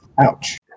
Ouch